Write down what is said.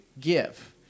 give